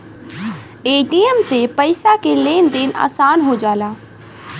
ATM से पइसा के लेन देन आसान हो जाला